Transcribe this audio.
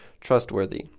trustworthy